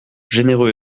généreux